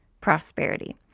prosperity